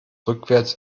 rückwärts